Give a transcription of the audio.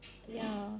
ya